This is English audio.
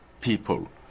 people